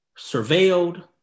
surveilled